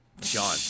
John